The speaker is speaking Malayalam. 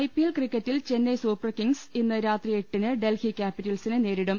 ഐപിഎൽ ക്രിക്കറ്റിൽ ചെന്നൈ സൂപ്പർ കിങ്ങ്സ് ഇന്ന് രാത്രി എട്ടിന് ഡൽഹി ക്യാപിറ്റൽസിനെ നേരിടും